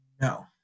no